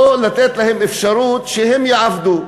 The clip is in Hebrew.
או לתת להם אפשרות שהם יעבדו.